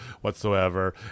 whatsoever